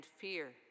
fear